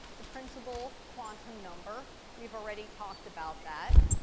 the principle quantum number. we've already talked about that.